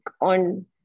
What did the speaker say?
on